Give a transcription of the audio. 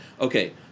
Okay